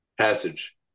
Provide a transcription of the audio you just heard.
passage